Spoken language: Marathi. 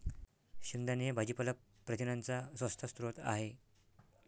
शेंगदाणे हे भाजीपाला प्रथिनांचा स्वस्त स्रोत आहे